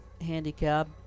handicap